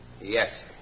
Yes